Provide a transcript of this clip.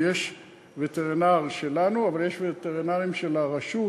כי יש וטרינר שלנו, אבל יש וטרינרים של הרשות